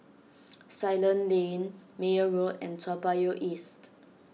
Ceylon Lane Meyer Road and Toa Payoh East